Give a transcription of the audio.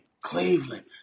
Cleveland